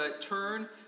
turn